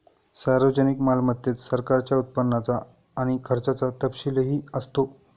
सार्वजनिक मालमत्तेत सरकारच्या उत्पन्नाचा आणि खर्चाचा तपशीलही असतो